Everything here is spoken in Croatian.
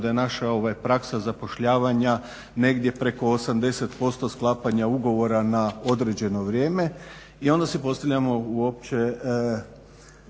da je naša praksa zapošljavanja negdje preko 80% sklapanja ugovora na određeno vrijeme. I onda si postavljamo uopće